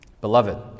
Beloved